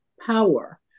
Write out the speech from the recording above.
power